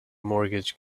mortgage